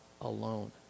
alone